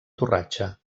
torratxa